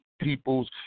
peoples